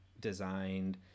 designed